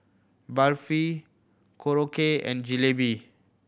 Barfi Korokke and Jalebi